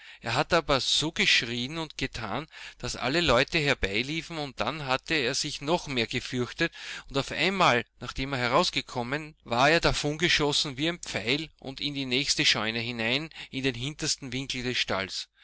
er hatte aber so geschrieen und getan daß alle leute herbeiliefen und dann hatte er sich noch mehr gefürchtet und auf einmal nachdem er herausgekommen war er davongeschossen wie ein pfeil und in die nächste scheune hinein in den hintersten winkel des